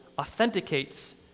authenticates